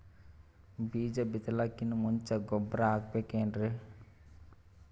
ಬೀಜ ಬಿತಲಾಕಿನ್ ಮುಂಚ ಗೊಬ್ಬರ ಹಾಕಬೇಕ್ ಏನ್ರೀ?